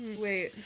Wait